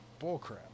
bullcrap